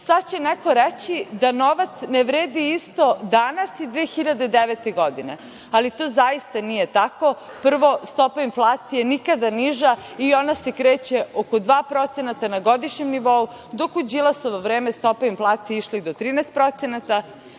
Sada će neko reći da novac ne vredi isto danas i 2009. godine, ali to zaista nije tako. Prvo, stopa inflacije nikada niža i ona se kreće oko 2% na godišnjem nivou, dok je u Đilasovo vreme stopa inflacije išla i do 13%,